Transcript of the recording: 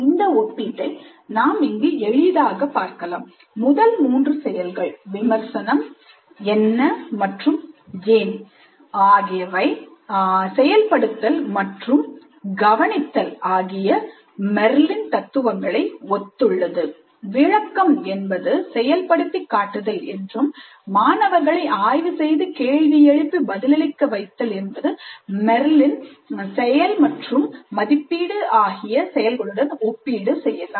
இந்த ஒப்பீட்டை நாம் இங்கு எளிதாக பார்க்கலாம் முதல் மூன்று செயல்கள் "விமர்சனம் என்ன மற்றும் ஏன் ஆகியவை செயல்படுத்தல் மற்றும் கவனித்தல்" ஆகிய மெர்லின் தத்துவங்களை ஒத்துள்ளது விளக்கம் என்பது செயல்படுத்தி காட்டுதல் என்றும் மாணவர்களை ஆய்வு செய்து கேள்வி எழுப்பி பதிலளிக்க வைத்தல் என்பது மெர்லின் செயல் மற்றும் மதிப்பீடு ஆகிய செயல்களுடன் ஒப்பீடு செய்யலாம்